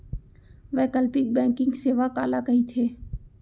वैकल्पिक बैंकिंग सेवा काला कहिथे?